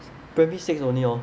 primary six only hor